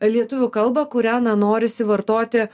lietuvių kalbą kurią na norisi vartoti